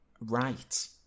right